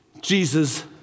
Jesus